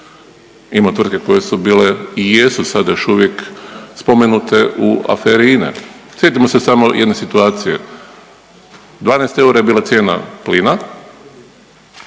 Ima tvrtke koje su bile i jesu sada još uvijek spomenute u aferi INA-e. Sjetimo se samo jedne situacije. 12 eura je bila cijena plina,